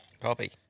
Copy